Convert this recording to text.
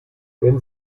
wenn